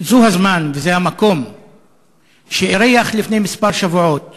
זה הזמן וזה המקום שאירח לפני כמה שבועות